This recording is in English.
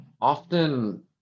often